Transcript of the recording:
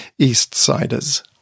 Eastsiders